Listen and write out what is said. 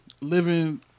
living